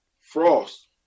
Frost